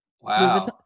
wow